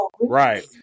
Right